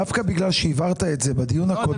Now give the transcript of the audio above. דווקא בגלל שהבהרת את זה בדיון הקודם.